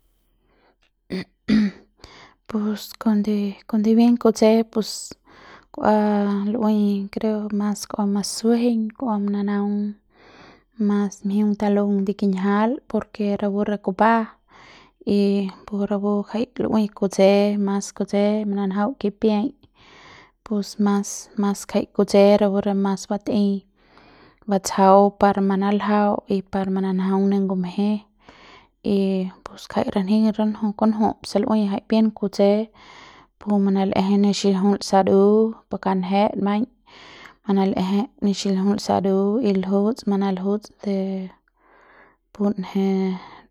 pus kuande kuande bien kutse pus kus lu'ui creo mas ua masuejeiñ kua mananaung mas mjiungn talung de kinjial por ke rapu re kupa y por rapu jai lu'ui kutse mas kutse mananajung kipiai y pos mas mas kje kutse rapu re mas batei batsjau par manaljaung y par mananjaung ne ngumje y pus jai ranji ranju kunju se lu'ui jai bie kutse pus manal'eje ne xiljiul saru pu kanjet maiñ manal'ejep pu xiljiul saru ljuts manaljuts de punje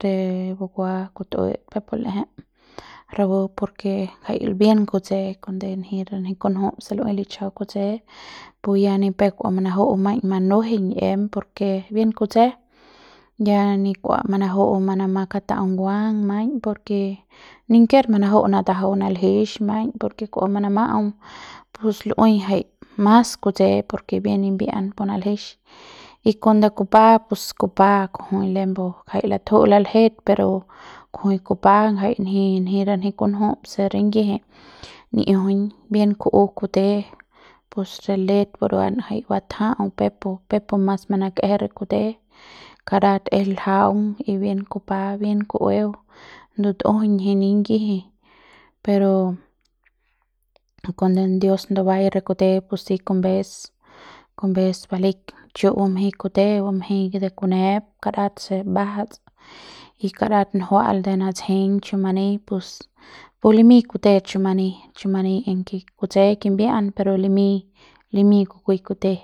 re bukua kut'ue peuk pu l'eje rapu por ke jai bien kutse kuande nanji ranji kunju se lu'ui lichjau kutse pu ya ni pep manaju'u maiñ manuejeiñ em por ke bien kutse ya ni kua manaju'u ma katau nguang maiñ por ke ninker manaju'u natajau naljix maiñ por ke kua manama'au pus lu'ui jai mas kutse por ke bien nimbia'an pu naljix y kuande kupa pus kupa kujui lembu jai latju'u laljet pero kujui kupa jai nji nji ranji kunju se ringiji ni'iujuiñ bien ku'u kute pus re let buruan jai batja'au peu pu pepu mas manakje kute karat es ljaung y bien kupa bien ku'ueu ndutujuiñ nji ningiji pero kuande dios ndubaiñ re kute pus si ngumbes ngumbes baleik chu bumjeiñ kute bumjeiñ de kunep karat se mbajats y karat njua'al de natseiñ chumani pus limiñ kute chumani chumani aunque kutse kimbia'an pero limiñ limiñ kukuei kute.